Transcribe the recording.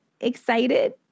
excited